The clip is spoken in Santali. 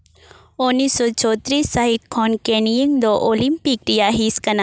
ᱩᱱᱤᱥ ᱥᱚ ᱪᱷᱚᱛᱨᱤᱥ ᱥᱟᱹᱦᱤᱛ ᱠᱷᱚᱱ ᱠᱮᱱᱤᱭᱮᱱ ᱫᱚ ᱚᱞᱤᱢᱯᱤᱠ ᱨᱮᱭᱟᱜ ᱦᱤᱸᱥ ᱠᱟᱱᱟ